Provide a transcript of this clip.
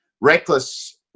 Reckless